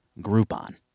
Groupon